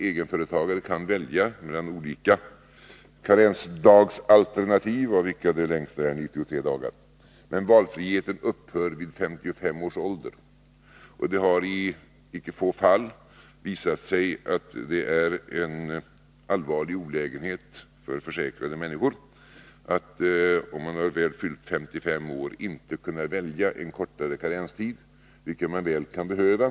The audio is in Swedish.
Egenföretagare kan välja mellan olika karensdagsalternativ, av vilka det längsta är 93 dagar. Men valfriheten upphör vid 55 års ålder. Det har i inte så få fall visat sig att det är en allvarlig olägenhet för försäkrade människor att, om de väl fyllt 55 år, inte kunna välja en kortare karenstid, vilket de väl kan behöva.